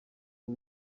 bwo